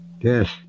Yes